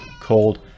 called